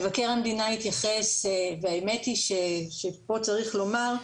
מבקר המדינה התייחס, והאמת היא שפה צריך לומר,